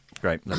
great